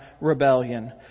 rebellion